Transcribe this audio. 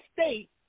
state